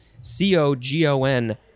C-O-G-O-N